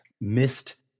missed